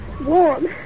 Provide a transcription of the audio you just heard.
warm